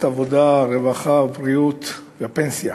ועדת העבודה, הרווחה, הבריאות והפנסיה,